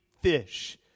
fish